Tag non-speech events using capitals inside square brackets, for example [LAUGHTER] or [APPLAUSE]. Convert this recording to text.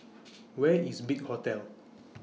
[NOISE] Where IS Big Hotel